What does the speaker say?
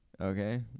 Okay